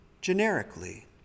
generically